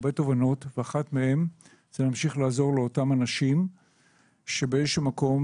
הרבה תובנות ואחת מהן היא להמשיך לעזור לאותם אנשים שבאיזשהו מקום